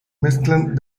mezclan